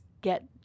get